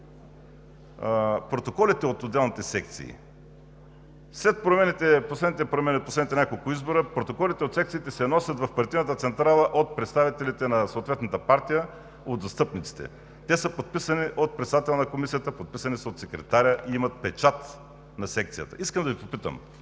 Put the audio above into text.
протоколите от отделните секции. След последните няколко избора протоколите от секциите се носят в партийната централа от представителите на съответната партия, от застъпниците. Те са подписани от председателя на комисията, от секретаря и имат печат на секцията. Искам да попитам: